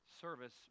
Service